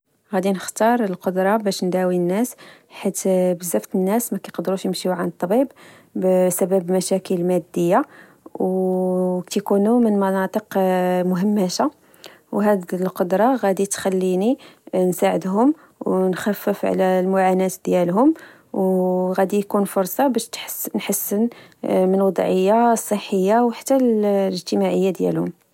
غدي نختار القدرة باش نداوي الناس حيت بزاف ديال الناس مكقدروش يمشيو عند الطبيب، بسبب مشاكل مادية وككنو من مناطق مهمشة. وهاد القدرة غادي تخلني نساعدمه، و نخفف على المعاناة ديالهم وغادي تكون فرصة باش نحسن من الوضعية الصحية وحتى الإجتماعية ديالهم